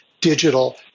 digital